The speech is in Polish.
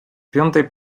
piątej